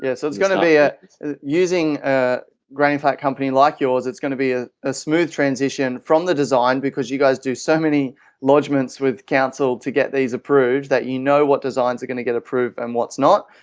yeah so it's going to be a using the ah granny flat company and like yours it's going to be a smooth transition from the design because you guys do so many lodgements with counsel to get these approves that you know what designs are going to get approved and what's not.